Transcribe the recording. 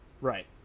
Right